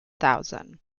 thousand